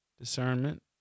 discernment